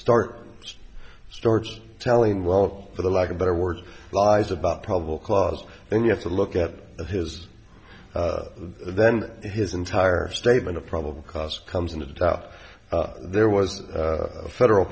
start starts telling well for the lack of better word lies about probable cause then you have to look at his then his entire statement of probable cause comes into doubt there was a federal